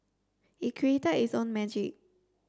it created its own magic